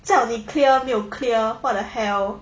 叫你 clear 没有 clear what the hell